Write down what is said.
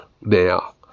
now